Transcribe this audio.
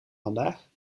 vandaag